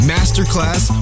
Masterclass